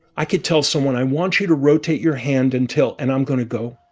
i could tell someone i want you to rotate your hand until and i'm going to go,